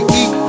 eat